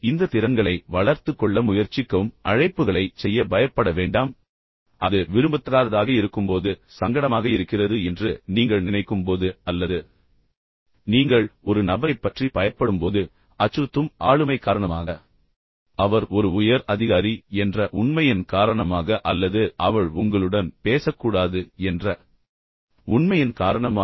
எனவே இந்த திறன்களை வளர்த்துக் கொள்ள முயற்சிக்கவும் அழைப்புகளைச் செய்ய பயப்பட வேண்டாம் அது விரும்பத்தகாததாக இருக்கும்போது சங்கடமாக இருக்கிறது என்று நீங்கள் நினைக்கும் போது அல்லது நீங்கள் ஒரு நபரைப் பற்றி பயப்படும்போது பயப்படும்போது அச்சுறுத்தும் ஆளுமை காரணமாக அவர் ஒரு உயர் அதிகாரி என்ற உண்மையின் காரணமாக அல்லது அவள் உங்களுடன் பேசக்கூடாது என்ற உண்மையின் காரணமாக